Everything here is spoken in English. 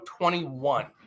21